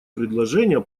предложение